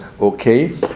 okay